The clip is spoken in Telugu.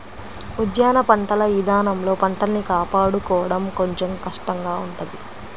ఉద్యాన పంటల ఇదానంలో పంటల్ని కాపాడుకోడం కొంచెం కష్టంగా ఉంటది